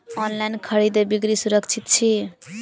online खरीदै बिक्री सुरक्षित छी